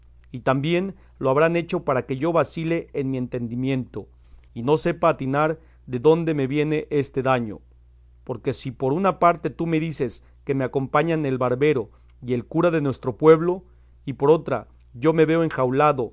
y también lo habrán hecho para que yo vacile en mi entendimiento y no sepa atinar de dónde me viene este daño porque si por una parte tú me dices que me acompañan el barbero y el cura de nuestro pueblo y por otra yo me veo enjaulado